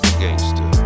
Gangster